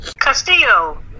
Castillo